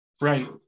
Right